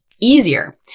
easier